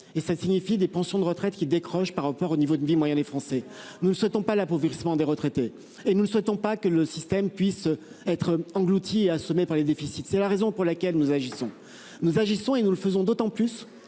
et cela signifie des pensions de retraite qui décroche par rapport au niveau de vie moyen des Français. Nous ne souhaitons pas la pourvu doucement des retraités et nous ne souhaitons pas que le système puisse être engloutis assommée par les déficits, c'est la raison pour laquelle nous agissons, nous agissons et nous le faisons d'autant plus